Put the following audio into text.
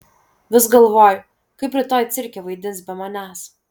vis galvoju kaip rytoj cirke vaidins be manęs